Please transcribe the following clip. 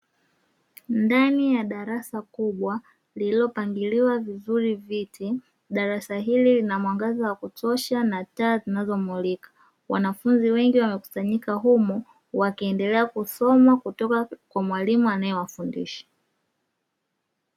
Ndani ya darasa kubwa lililopangiliwa vizuri viti darasa hili lina mwangaza wa kutosha na taa zinazomulika wanafunzi wengi wamekusanyika humu wakiendelea kusoma kutoka kwa mwalimu anayewafundisha.